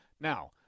Now